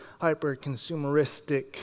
hyper-consumeristic